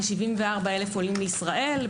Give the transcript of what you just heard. כ-74,000 עולים בישראל,